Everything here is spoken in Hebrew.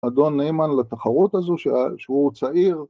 ‫אדון נאמן לתחרות הזו, שהוא צעיר.